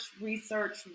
research